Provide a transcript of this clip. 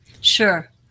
Sure